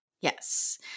Yes